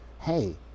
Hey